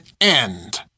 end